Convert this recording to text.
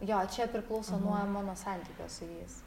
jo čia priklauso nuo mano santykio su jais